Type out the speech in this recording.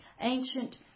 ancient